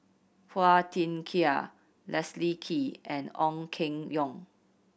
Phua Thin Kiay Leslie Kee and Ong Keng Yong